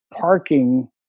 parking